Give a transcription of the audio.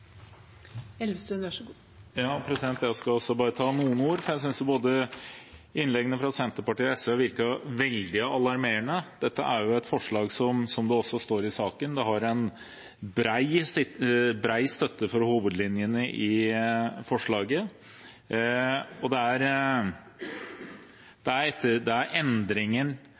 Jeg skal også si noen ord, for jeg synes innleggene fra både Senterpartiet og SV virket veldig alarmerende. Det er, som det også står i saken, bred støtte for hovedlinjene i forslaget, og det er en endring av forordningen som er etterspurt av norsk finansnæring. Det er,